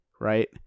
right